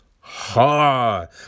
Hard